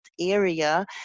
area